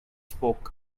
spoke